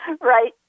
Right